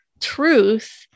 truth